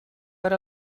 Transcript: per